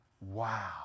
Wow